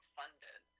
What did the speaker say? funded